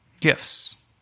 gifts